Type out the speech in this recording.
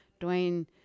Dwayne